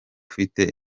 ufite